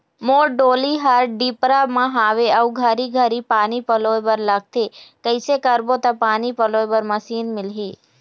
मोर डोली हर डिपरा म हावे अऊ घरी घरी पानी पलोए बर लगथे कैसे करबो त पानी पलोए बर मशीन मिलही?